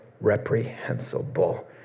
reprehensible